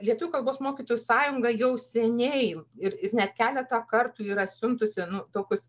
lietuvių kalbos mokytojų sąjunga jau seniai ir ir net keletą kartų yra siuntusi nu tokius